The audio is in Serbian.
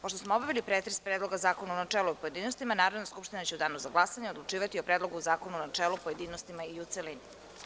Pošto smo obavili pretres Predloga zakona u načelu i pojedinostima, Narodna skupština će u danu za glasanje odlučivati o Predlogu zakona u načelu, pojedinostima i u celini.